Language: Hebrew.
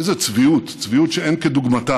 איזו צביעות, צביעות שאין כדוגמתה.